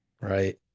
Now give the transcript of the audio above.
right